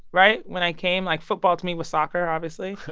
right, when i came. like football, to me, was soccer, obviously.